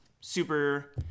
super